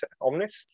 Omnis